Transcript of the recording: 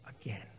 again